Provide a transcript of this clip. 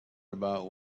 about